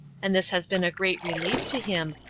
and this has been a great relief to him,